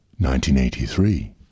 1983